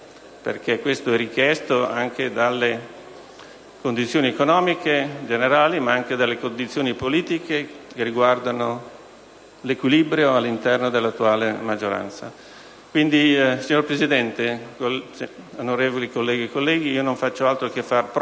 Ciò è richiesto dalle condizioni economiche generali, ma anche dalle condizioni politiche che riguardano l'equilibrio all'interno dell'attuale maggioranza. In conclusione, signor Presidente, onorevoli colleghe e colleghi, non faccio altro che far mie